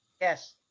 Yes